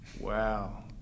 Wow